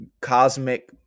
cosmic